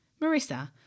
Marissa